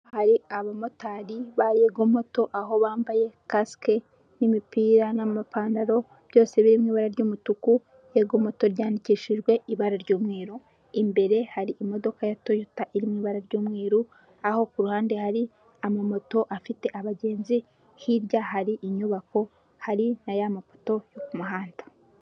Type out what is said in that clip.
Hari abamotari ba Yego moto, aho bambaye kasike n'imipira n'amapantaro byose biri mu ibara ry'umutuku, Yego moto ryandikishijwe ibara ry'umweru, imbere hari imodoka ya toyota iri mu ibara ry'umweru, aho ku ruhande hari amamoto afite abagenzi, hirya hari inyubako, hari na ya mapoto yo ku muhanda.